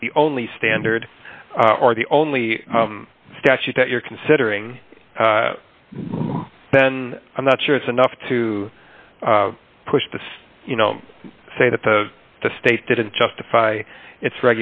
that's the only standard or the only statute that you're considering then i'm not sure it's enough to push the you know say that the the state didn't justify it